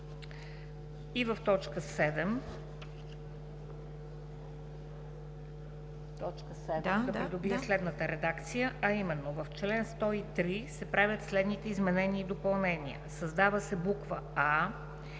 3.“. Точка 7 да добие следната редакция, а именно: „В чл. 103 се правят следните изменения и допълнения: Създава се буква